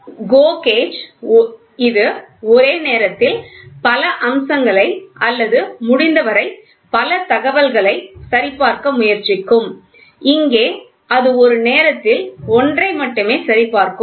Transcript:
GO gauge இது ஒரே நேரத்தில் பல அம்சங்களை அல்லது முடிந்தவரை பல தகவல்களை சரிபார்க்க முயற்சிக்கும் இங்கே அது ஒரு நேரத்தில் ஒன்றை மட்டுமே சரிபார்க்கும்